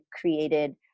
created